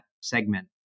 segment